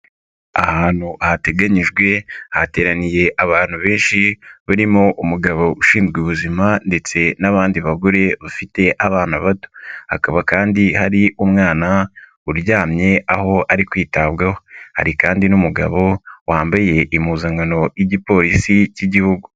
Ahantu hateganyijwe hateraniye abantu benshi barimo umugabo ushinzwe ubuzima ndetse n'abandi bagore bafite abana bato, hakaba kandi hari umwana uryamye aho ari kwitabwaho, hari kandi n'umugabo wambaye impuzankano y'igipolisi k'Igihugu.